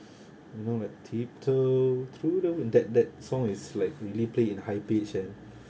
you know like tiptoe through the wind that that song it's like really played in high pitch and